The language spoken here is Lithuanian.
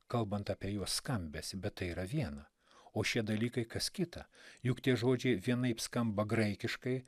kalbant apie juos skambesį bet tai yra viena o šie dalykai kas kita juk tie žodžiai vienaip skamba graikiškai